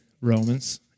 Romans